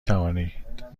توانید